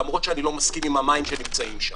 למרות שאני לא מסכים עם המים שנמצאים שם.